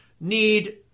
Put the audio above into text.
need